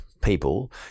people